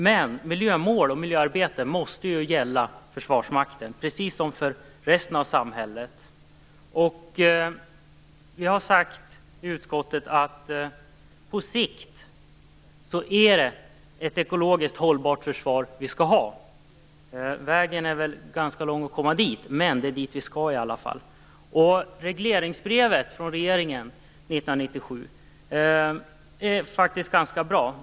Men miljömål och miljöarbete måste ju gälla för Försvarsmakten precis som för resten av samhället. Vi har i utskottet sagt att vi på sikt skall ha ett ekologiskt hållbart försvar. Vägen dit är säkert ganska lång, men det är i alla fall dit vi skall nå. Regleringsbrevet från regeringen 1997 är bra.